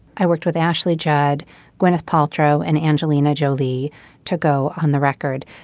i worked with ashley judd gwyneth paltrow and angelina jolie to go on the record.